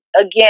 again